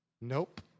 Nope